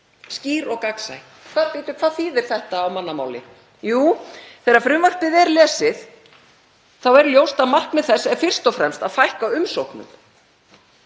Skýr og gagnsæ. Hvað þýðir þetta á mannamáli? Jú, þegar frumvarpið er lesið þá er ljóst að markmið þess er fyrst og fremst að fækka umsóknum,